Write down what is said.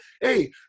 Hey